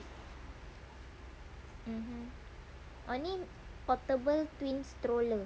mm oh ni portable twins stroller